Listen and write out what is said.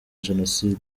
jenoside